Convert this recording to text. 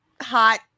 hot